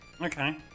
Okay